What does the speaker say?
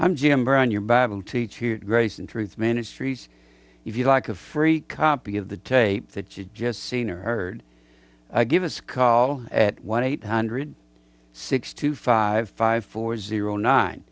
i'm jim brown your bible teacher grace and truth ministries if you like a free copy of the tape that you've just seen or heard give us a call at one eight hundred six two five five four zero nine